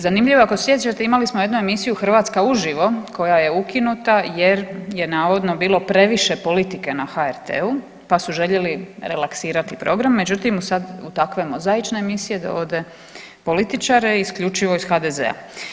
Zanimljivo je ako se sjećate imali smo jednu emisiju Hrvatska uživo koja je ukinuta jer je navodno bilo previše politike na HRT-u pa su željeli relaksirati program, međutim sad u takve mozaične emisije dovode političare isključivo iz HDZ-a.